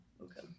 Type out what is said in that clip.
Okay